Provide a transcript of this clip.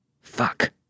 Fuck